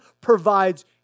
provides